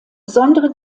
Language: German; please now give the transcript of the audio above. besondere